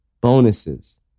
bonuses